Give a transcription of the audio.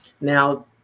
Now